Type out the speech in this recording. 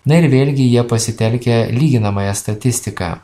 na ir vėlgi jie pasitelkia lyginamąją statistiką